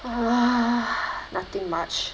err nothing much